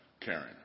Karen